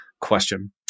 question